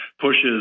pushes